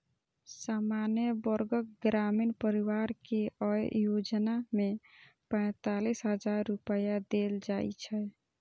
सामान्य वर्गक ग्रामीण परिवार कें अय योजना मे पैंतालिस हजार रुपैया देल जाइ छै